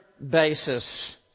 Basis